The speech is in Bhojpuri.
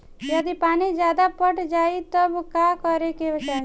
यदि पानी ज्यादा पट जायी तब का करे के चाही?